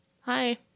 Hi